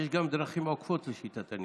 יש גם דרכים עוקפות לשיטת הניקוד.